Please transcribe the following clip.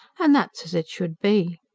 and that's as it should be.